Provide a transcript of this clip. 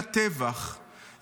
לטבח,